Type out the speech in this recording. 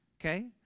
okay